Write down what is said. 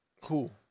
Cool